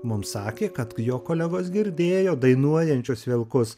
mums sakė kad jo kolegos girdėjo dainuojančius vilkus